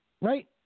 right